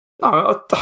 No